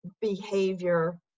behavior